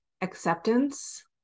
acceptance